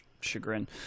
chagrin